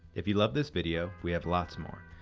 if you love this video we have lots more.